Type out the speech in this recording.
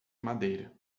madeira